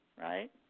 right